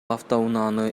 автоунааны